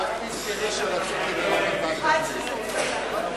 להסיר מסדר-היום את הצעת חוק חילוט